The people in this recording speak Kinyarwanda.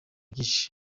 byinshi